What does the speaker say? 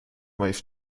meist